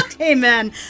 Amen